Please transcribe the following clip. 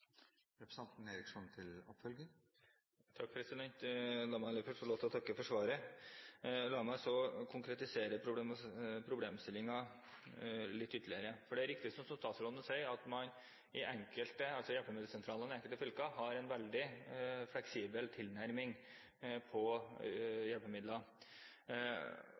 La meg aller først få lov til å takke for svaret. La meg så konkretisere problemstillingen ytterligere. Det er riktig som statsråden sier, at hjelpemiddelsentralene i enkelte fylker har en veldig fleksibel tilnærming når det gjelder hjelpemidler.